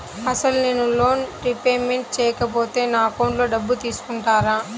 అసలు నేనూ loan repayment చేయకపోతే నా అకౌంట్లో డబ్బులు తీసుకుంటారా?